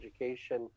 education